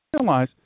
realize